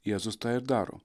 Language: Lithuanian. jėzus tą ir daro